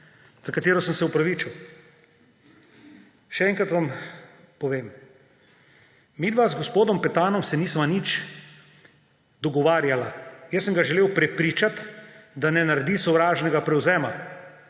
za kar sem se opravičil. Še enkrat vam povem, midva z gospodom Petanom se nisva nič dogovarjala. Jaz sem ga želel prepričati, da ne naredi sovražnega prevzema,